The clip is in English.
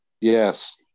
Yes